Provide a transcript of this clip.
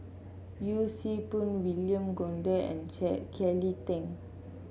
Yee Siew Pun William Goode and Kelly Tang